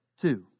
two